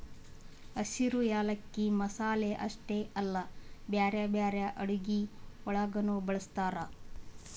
ಹಸಿರು ಯಾಲಕ್ಕಿ ಮಸಾಲೆ ಅಷ್ಟೆ ಅಲ್ಲಾ ಬ್ಯಾರೆ ಬ್ಯಾರೆ ಅಡುಗಿ ಒಳಗನು ಬಳ್ಸತಾರ್